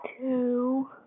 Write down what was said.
two